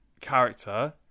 character